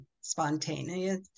spontaneous